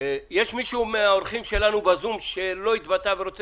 יש מישהו מהאורחים שלנו בזום שלא התבטא ורוצה